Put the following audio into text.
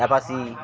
এ্যাপচি